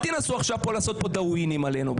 אל תנסו לעשות דאעווינים עלינו.